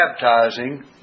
baptizing